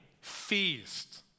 feast